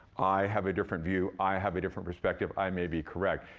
i have a different view. i have a different perspective. i may be correct.